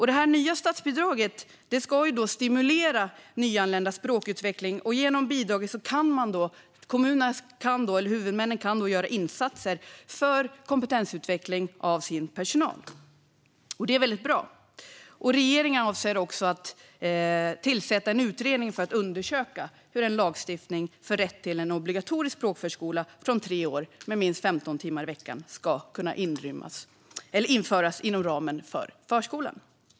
Det nya statsbidraget ska stimulera nyanländas språkutveckling. Genom bidraget kan kommunerna eller huvudmännen göra insatser för att kompetensutveckla sin personal, och det är väldigt bra. Regeringen avser också att tillsätta en utredning för att undersöka hur en lagstiftning om rätt till en obligatorisk språkförskola från tre års ålder med minst 15 timmar i veckan ska kunna införas inom ramen för förskolan.